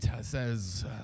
says